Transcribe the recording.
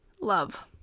love